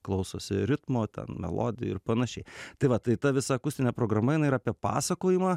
klausosi ritmo ten melodijų ir panašiai tai va tai ta visa akustinė programa jinai yra apie pasakojimą